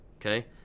okay